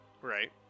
Right